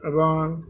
এবং